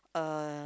uh